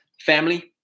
family